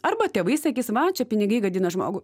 arba tėvai sakis va čia pinigai gadina žmogų